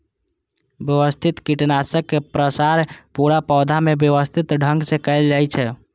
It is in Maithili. व्यवस्थित कीटनाशक के प्रसार पूरा पौधा मे व्यवस्थित ढंग सं कैल जाइ छै